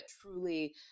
truly